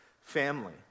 Family